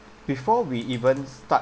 before we even start